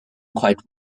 quite